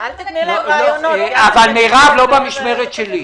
אבל לא במשמרת שלי.